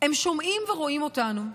הם שומעים ורואים אותנו,